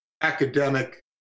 academic